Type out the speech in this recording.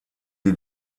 sie